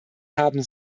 haben